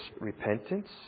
repentance